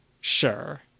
Sure